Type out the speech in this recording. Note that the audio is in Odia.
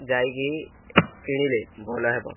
ଯାଇକି କିଣିଲେ ଭଲ ହେବ